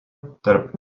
tarp